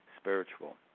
spiritual